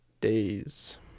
Days